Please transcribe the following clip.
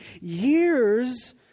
years